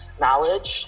knowledge